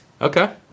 Okay